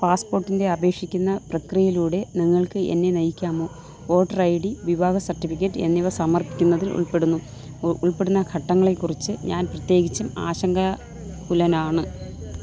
പാസ്പോട്ടിൻറ്റെ അപേക്ഷിക്കുന്ന പ്രക്രിയയിലൂടെ നിങ്ങൾക്ക് എന്നെ നയിക്കാമോ വോട്ടർ ഐ ഡി വിവാഹ സർട്ടിഫിക്കറ്റ് എന്നിവ സമർപ്പിക്കുന്നതിൽ ഉൾപ്പെടുന്നു ഉൾപ്പെടുന്ന ഘട്ടങ്ങളെക്കുറിച്ച് ഞാൻ പ്രത്യേകിച്ചും ആശങ്കാ കുലനാണ്